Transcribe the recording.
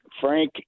Frank